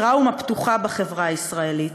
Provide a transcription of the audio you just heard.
טראומה פתוחה בחברה הישראלית.